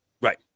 right